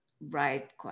right